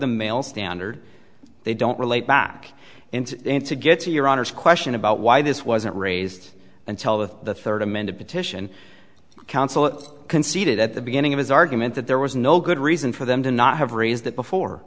the male standard they don't relate back and to get to your honor's question about why this wasn't raised until the third amended petition council conceded at the beginning of his argument that there was no good reason for them to not have raised that before